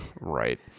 Right